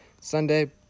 Sunday